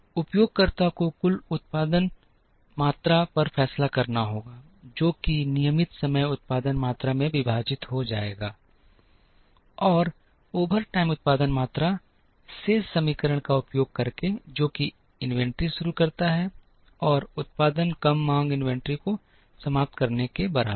उपयोगकर्ता को कुल उत्पादन मात्रा पर फैसला करना होगा जो कि नियमित समय उत्पादन मात्रा में विभाजित हो जाएगा और ओवरटाइम उत्पादन मात्रा शेष समीकरण का उपयोग करके जो कि इन्वेंट्री शुरू करता है और उत्पादन कम मांग इन्वेंट्री को समाप्त करने के बराबर है